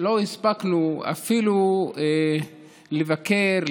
לא הספקנו אפילו לבקר,